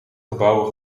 gebouwen